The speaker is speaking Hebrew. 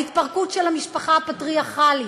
ההתפרקות של המשפחה הפטריארכלית,